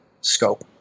scope